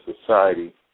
society